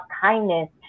kindness